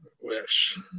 wish